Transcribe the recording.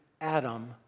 Adam